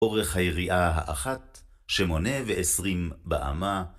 אורך היריעה האחת, שמונה ועשרים באמה.